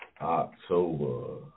October